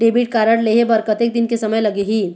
Debit card लेहे बर कतेक दिन के समय लगही?